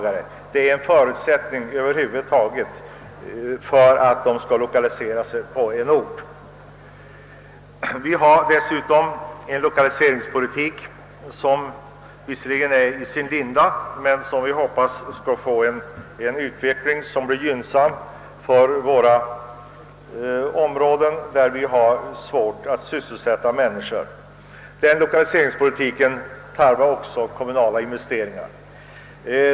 Att denna fråga kan lösas är en förutsättning för att industrien i fråga över huvud taget skall lokalisera sig till en ort. Vi har dessutom lokaliseringspolitiken, som visserligen befinner sig i sin linda men som vi hoppas skall utvecklas i gynnsam riktning för områden med sysselsättningsvårigheter. Denna lokaliseringspolitik tarvar också kommunala investeringar.